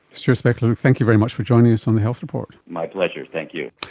stuart spechler, thank you very much for joining us on the health report. my pleasure, thank you.